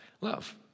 Love